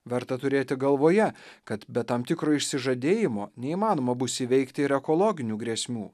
verta turėti galvoje kad be tam tikro išsižadėjimo neįmanoma bus įveikti ir ekologinių grėsmių